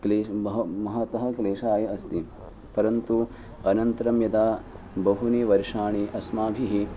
क्लेशः बहु महते क्लेशाय अस्ति परन्तु अनन्तरं यदा बहूनि वर्षाणि अस्माभिः